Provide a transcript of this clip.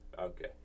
Okay